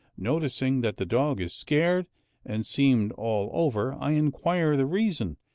noticing that the dog is scarred and seamed all over, i inquire the reason,